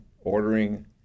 ordering